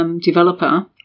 developer